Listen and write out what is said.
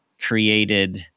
created